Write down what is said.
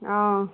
অঁ